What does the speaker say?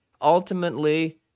Ultimately